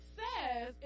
says